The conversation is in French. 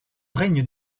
règne